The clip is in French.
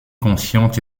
consciente